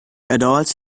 adults